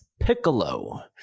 Piccolo